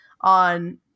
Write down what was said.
on